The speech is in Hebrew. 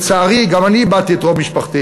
לצערי, גם אני איבדתי את רוב משפחתי.